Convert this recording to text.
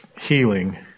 healing